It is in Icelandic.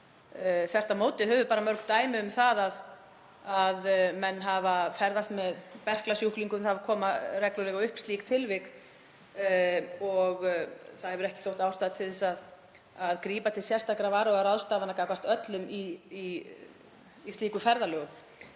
Þvert á móti höfum við mörg dæmi um það að menn hafa ferðast með berklasjúklingum, það koma reglulega upp slík tilvik, og ekki hefur þótt ástæða til að grípa til sérstakra varúðarráðstafana gagnvart öllum í slíkum ferðalögum.